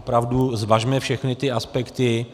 Opravdu zvažme všechny aspekty.